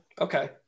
Okay